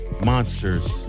monsters